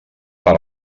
per